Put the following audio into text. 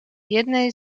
jednej